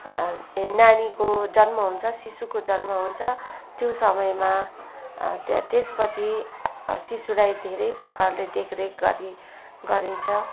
ए नानीको जन्म हुन्छ शिशुको जन्म हुन्छ त्यो समयमा त्यहाँ त्यसपछि शिशुलाई धेरै प्रकारले देखरेख गरि गरिन्छ